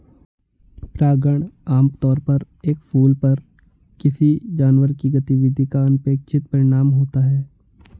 परागण आमतौर पर एक फूल पर किसी जानवर की गतिविधि का अनपेक्षित परिणाम होता है